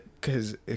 Cause